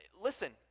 Listen